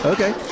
Okay